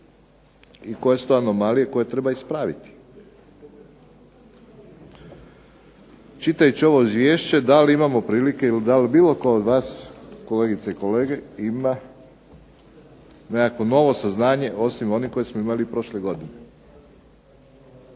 i koje su to anomalije koje treba ispraviti. Čitajući ovo Izvješće da li imamo prilike ili da li bilo tko od vas kolegice i kolege ima novo saznanje osim onih koje smo imali prošle godine.